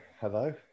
Hello